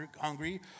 hungry